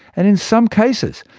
and in some cases,